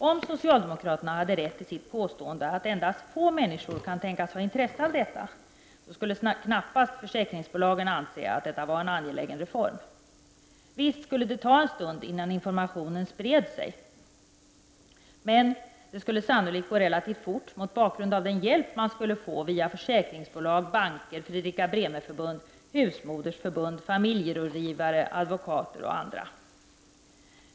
Om socialdemokraterna hade rätt i sitt påstående att endast få människor kan tänkas ha intresse av detta, skulle knappast försäkringsbolagen anse att detta var en angelägen reform. Visst skulle det ta en stund innan informationen spred sig, men det skulle sannolikt gå relativt fort, mot bakgrund av den hjälp man skulle få via försäkringsbolag, banker, Fredrika Bremer-förbundet, husmodersförbund, familjerådgivare, advokater och andra.